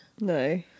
No